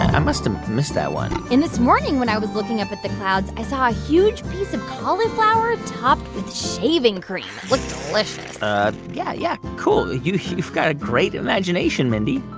i must've missed that one and this morning when i was looking up at the clouds, i saw a huge piece of cauliflower topped with shaving cream. it looked delicious yeah, yeah. cool. you've you've got a great imagination, mindy